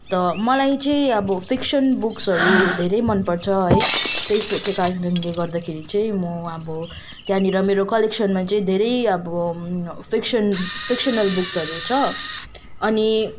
त मलाई चाहिँ अब फिक्सन बुक्सहरू धेरै मनपर्छ है त्यस्तोहरूकै कारणले गर्दाखेरि चाहिँ म अब त्यहाँनिर मेरो कलेक्सनमा चाहिँ धेरै अब फिक्सन फिक्सनल बुक्सहरू छ अनि